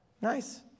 Nice